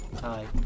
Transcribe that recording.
hi